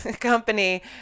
company